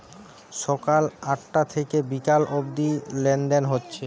সকাল আটটা থিকে বিকাল অব্দি লেনদেন হচ্ছে